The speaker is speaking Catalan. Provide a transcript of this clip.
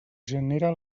genere